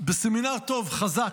בסמינר טוב, חזק.